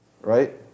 right